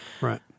right